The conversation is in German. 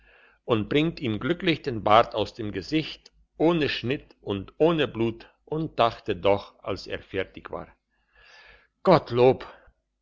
und bringt ihm glücklich den bart aus dem gesicht ohne schnitt und ohne blut und dachte doch als er fertig war gottlob